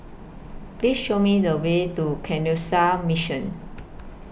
Please Show Me The Way to Canossian Mission